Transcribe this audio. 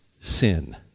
sin